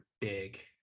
big